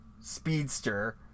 speedster